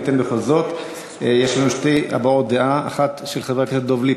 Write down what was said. זאת בכפוף לכך שקידום ההצעה בכל שלבי